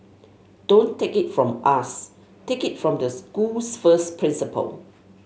don't take it from us take it from the school's first principal